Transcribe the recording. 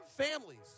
families